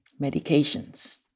medications